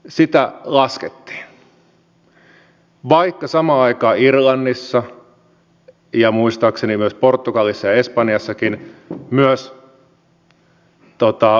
ohjauskorkoa laskettiin vaikka samaan aikaan irlannissa ja muistaakseni myös portugalissa ja espanjassakin talous ylikuumeni